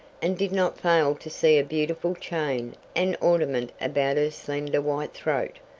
and did not fail to see a beautiful chain and ornament about her slender white throat.